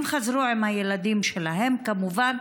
הם חזרו עם הילדים שלהם, כמובן.